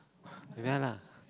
but ya lah